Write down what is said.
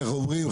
איך אומרים?